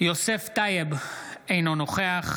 יוסף טייב, אינו נוכח